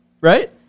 Right